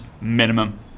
minimum